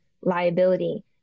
liability